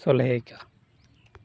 ᱥᱚᱞᱦᱮᱭᱟᱠᱟᱜᱼᱟ